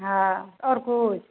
हँ आओर किछु